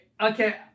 okay